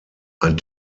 ein